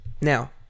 Now